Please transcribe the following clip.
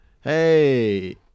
Hey